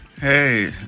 Hey